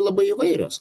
labai įvairios